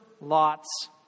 Lot's